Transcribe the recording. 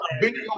video